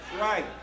right